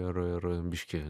ir ir biški